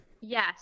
Yes